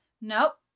Nope